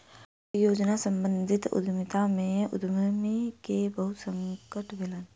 परियोजना सम्बंधित उद्यमिता में उद्यमी के बहुत संकट भेलैन